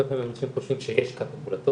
הרבה פעמים אנשים חושבים שיש קאפ אמבולטורי,